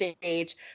stage